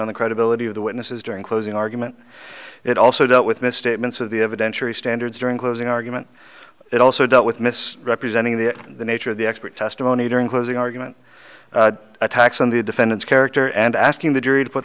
on the credibility of the witnesses during closing argument it also dealt with misstatements of the evidentiary standards during closing argument it also dealt with mis representing the the nature of the expert testimony during closing argument attacks on the defendant's character and asking the jury to put